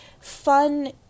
fun